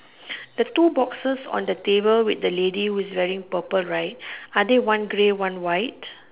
there is two boxes on the table with the ladies who is wearing purple right is it one grey one white